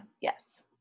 yes